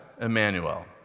Emmanuel